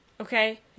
okay